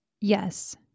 Yes